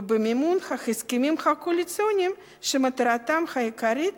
ובמימון ההסכמים הקואליציוניים שמטרתם העיקרית